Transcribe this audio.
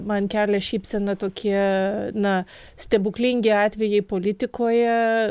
man kelia šypseną tokie na stebuklingi atvejai politikoje